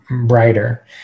brighter